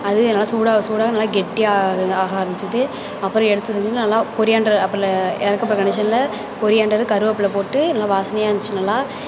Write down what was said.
அது நல்ல சூடாக சூடாக நல்லா கெட்டியாக ஆக ஆக ஆரம்பிச்சுது அப்புறம் எடுத்து இது நல்லா கொரியான்ட்ரு அடுப்பில் இறக்கப் போகிற கன்டிஷனில் கொரியான்டரு கருவேப்பிலை போட்டு நல்லா வாசனையாக இருந்திச்சு நல்லா